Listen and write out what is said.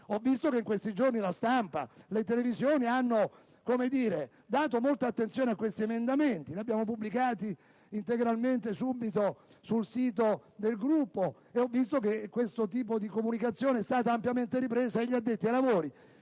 ho visto che in questi giorni la stampa e le televisioni hanno dedicato molta attenzione a tali emendamenti. Subito li abbiamo pubblicati integralmente sul sito *web* del Gruppo, e ho visto che questa comunicazione è stata ampiamente ripresa dagli addetti ai lavori.